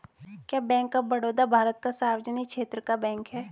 क्या bank of Baroda Bharat का सार्वजनिक क्षेत्र का बैंक है?